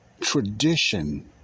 tradition